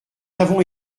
avons